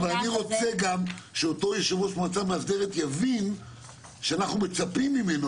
אבל אני גם רוצה שאותו יושב-ראש מועצה מאסדרת יבין שאנחנו מצפים ממנו,